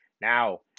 now